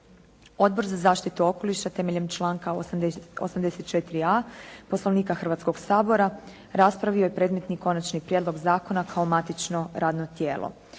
Odbor za zaštitu okoliša temeljem članka 84.a Poslovnika Hrvatskog sabora raspravio je predmetni konačni prijedlog zakona kao matično radno tijelo.